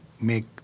make